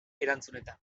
erantzunetan